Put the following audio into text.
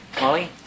Molly